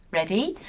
ready?